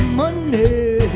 money